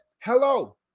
hello